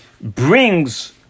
brings